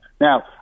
Now